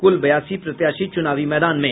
कुल बयासी प्रत्याशी चुनावी मैदान में